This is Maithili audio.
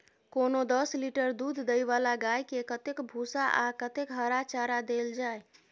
कोनो दस लीटर दूध दै वाला गाय के कतेक भूसा आ कतेक हरा चारा देल जाय?